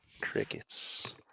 Crickets